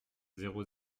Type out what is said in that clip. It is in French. zéro